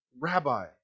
rabbi